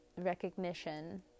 recognition